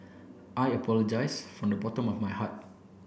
I apologize from the bottom of my heart